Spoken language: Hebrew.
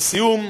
לסיום,